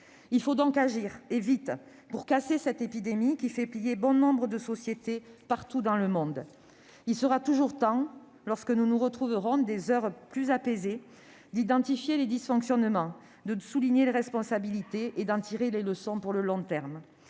Il faut donc agir, et vite, pour casser cette épidémie qui fait plier bon nombre de sociétés, partout dans le monde. Il sera toujours temps, lorsque nous retrouverons des heures plus apaisées, d'identifier les dysfonctionnements, de souligner les responsabilités et d'en tirer les leçons pour le long terme,